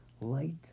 light